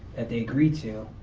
that they agreed to,